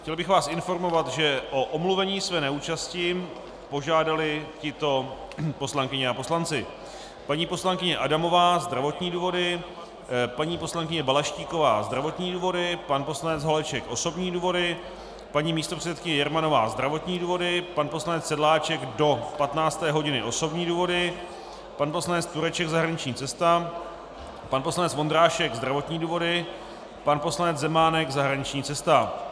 Chtěl bych vás informovat, že o omluvení své neúčasti požádali tito poslanci a poslankyně: paní poslankyně Adamová zdravotní důvody, paní poslankyně Balaštíková zdravotní důvody, pan poslanec Holeček osobní důvody, paní místopředsedkyně Jermanová zdravotní důvody, pan poslanec Sedláček do 15 hodin osobní důvody, pan poslanec Tureček zahraniční cesta, pan poslanec Vondrášek zdravotní důvody, pan poslanec Zemánek zahraniční cesta.